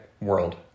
world